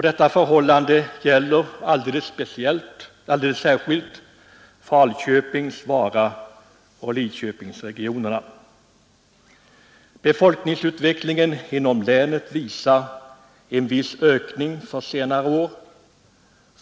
Detta förhållande gäller alldeles särskilt Falköpings-, Varaoch Lidköpingsregionerna. Befolkningsutvecklingen inom länet visar en viss ökning för senare år.